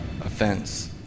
offense